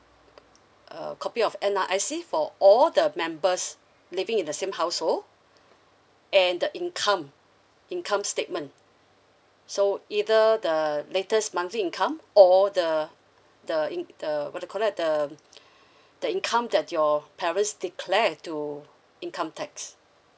a copy of N_R_I_C for all the members living in the same household and the income income statement so either the latest monthly income or the the ink the what you called that the the income that your parents declared to income tax